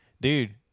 dude